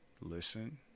Listen